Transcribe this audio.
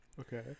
Okay